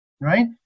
right